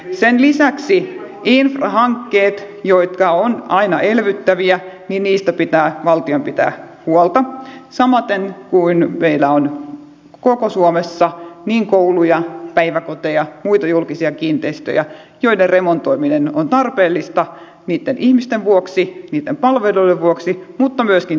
sen lisäksi infrahankkeista jotka ovat aina elvyttäviä pitää valtion pitää huolta samaten kuin meillä on koko suomessa niin kouluja päiväkoteja kuin muitakin julkisia kiinteistöjä joiden remontoiminen on tarpeellista niitten ihmisten vuoksi niitten palveluiden vuoksi mutta myöskin työllistämisen vuoksi